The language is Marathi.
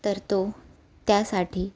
तर तो त्यासाठी